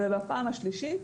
ובפעם השלישית